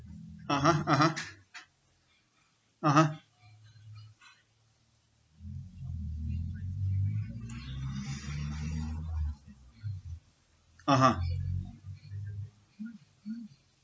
(uh huh) (uh huh) (uh huh) (uh huh)